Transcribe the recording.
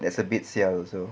that's a bit siao also